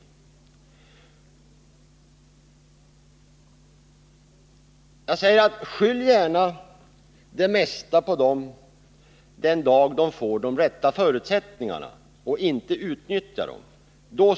Jag vill uppmana regeringen: Skyll gärna det mesta på kommunerna — den dag de får de rätta förutsättningarna och de inte utnyttjar dem!